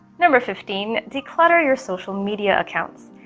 number fifteen declutter your social media accounts.